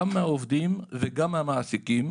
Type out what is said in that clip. גם מהעובדים וגם מהמעסיקים,